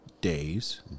days